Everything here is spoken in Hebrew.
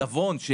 לעיזבון שיגיע.